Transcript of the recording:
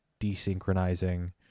desynchronizing